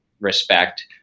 respect